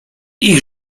ich